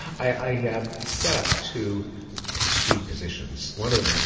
i yeah set up two extreme positions. one of them,